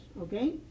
okay